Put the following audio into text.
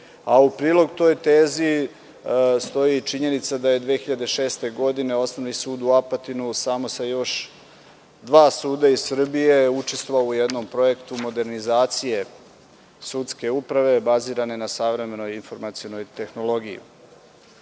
U prilog toj tezi, stoji činjenica da je 2006. godine Osnovni sud u Apatinu samo sa još dva suda iz Srbije učestvovao u jednom projektu modernizacije sudske uprave, bazirane na savremenoj informacionoj tehnologiji.U